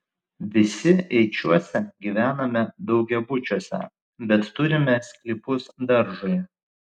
visi eičiuose gyvename daugiabučiuose bet turime sklypus daržui